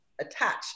attached